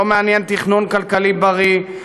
לא מעניין תכנון כלכלי בריא,